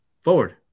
forward